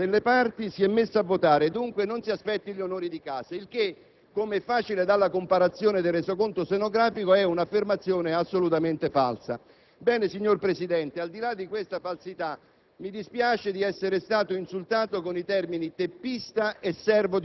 dichiarando: «Cara signora, lei se l'è andata a cercare. Invece di stare al di sopra delle parti si è messa a votare. Dunque non si aspetti gli onori di casa». Come è facile verificare dalla comparazione con il resoconto stenografico, si tratta di un'affermazione assolutamente falsa. Ebbene, signor Presidente, al di là di questa falsità,